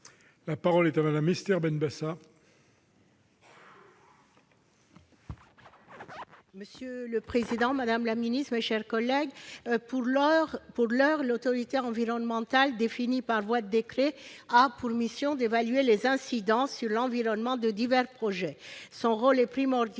La parole est à Mme Esther Benbassa, sur l'article. Monsieur le président, madame la ministre, mes chers collègues, pour l'heure, l'autorité environnementale, définie par voie de décret, a pour mission d'évaluer les incidences sur l'environnement de divers projets. Son rôle est primordial